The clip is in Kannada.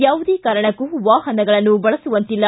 ಯಾವುದೇ ಕಾರಣಕ್ಕೂ ವಾಹನಗಳನ್ನು ಬಳಸುವಂತಿಲ್ಲ